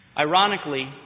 Ironically